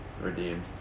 Redeemed